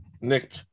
Nick